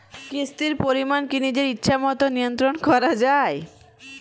কিস্তির পরিমাণ কি নিজের ইচ্ছামত নিয়ন্ত্রণ করা যায়?